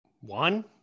One